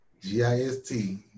G-I-S-T